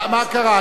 מה קרה?